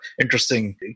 interesting